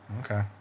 Okay